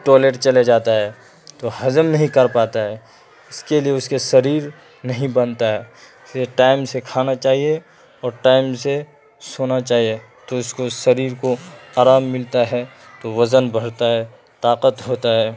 toilet چلے جاتا ہے تو ہضم نہیں کر پاتا ہے اس کے لیے اس کے شریر نہیں بنتا ہے اس لیے ٹائم سے کھانا چاہیے اور ٹائم سے سونا چاہیے تو اس کو شریر کو آرام ملتا ہے تو وزن بڑھتا ہے طاقت ہوتا ہے